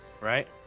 right